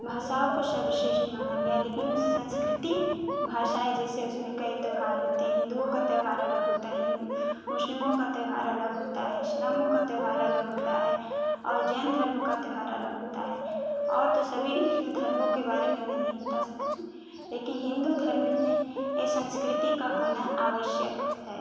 भाषाओं को सर्वश्रेष्ठ माना गया है लेकिन उस संस्कृति भाषाएँ जैसे उसमें कई त्योहार होते हैं हिन्दुओं का त्योहार अलग होता है हिन्दू मुस्लिमों का त्योहार अलग होता है इसलामों का त्योहार अलग होता है और जैन धर्म का त्योहार अलग होता है और तो सभी धर्मों के बारे में मैं नही बता सकती लेकिन हिन्दू धर्म में ए संस्कृति का होना आवश्यक है